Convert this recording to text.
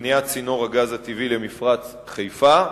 בבניית צינור הגז הטבעי למפרץ חיפה,